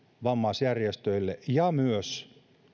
vammaisjärjestöille ja myös